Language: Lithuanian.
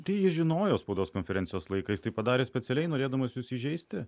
tai jis žinojo spaudos konferencijos laiką jis tai padarė specialiai norėdamas jus įžeisti